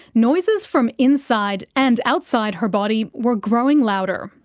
noises from inside and outside her body were growing louder.